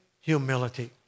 humility